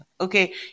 okay